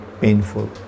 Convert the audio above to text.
painful